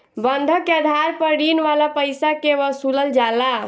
बंधक के आधार पर ऋण वाला पईसा के वसूलल जाला